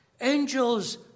Angels